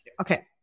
Okay